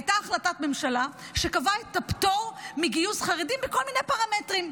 הייתה החלטת ממשלה שקבעה את הפטור מגיוס חרדים בכל מיני פרמטרים.